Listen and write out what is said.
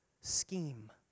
scheme